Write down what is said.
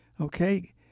okay